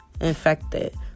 infected